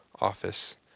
office